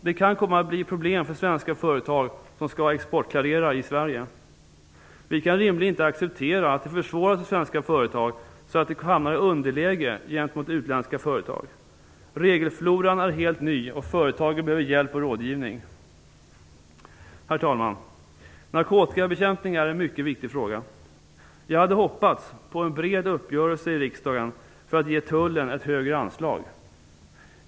Det kan komma att bli problem för svenska företag som skall exportklarera i Sverige. Vi kan rimligen inte acceptera att det försvåras för svenska företag så att de hamnar i ett underläge gentemot utländska företag. Regelfloran är helt ny och företagen behöver hjälp och rådgivning. Herr talman! Narkotikabekämpningen är en mycket viktig fråga. Jag hade hoppats på en bred uppgörelse i riksdagen för att ge tullen ett högre anslag.